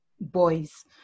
boys